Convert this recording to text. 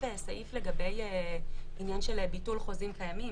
סעיף לגבי עניין של ביטול חוזים קיימים,